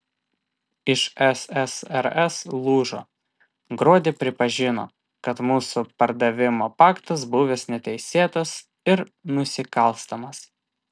ir ssrs lūžo gruodį pripažino kad mūsų pardavimo paktas buvęs neteisėtas ir nusikalstamas